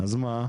אז מה?